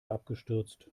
abgestürzt